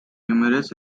numerous